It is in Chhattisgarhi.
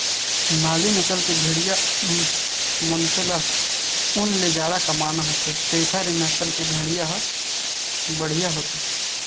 नाली नसल के भेड़िया मनखे ल ऊन ले जादा कमाना होथे तेखर ए नसल के भेड़िया ह बड़िहा होथे